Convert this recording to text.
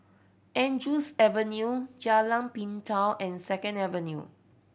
Andrews Avenue Jalan Pintau and Second Avenue